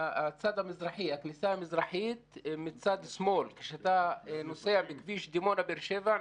הכניסה המזרחית מצד שמאל כשאתה נוסע בכביש דימונה-באר שבע.